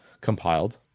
compiled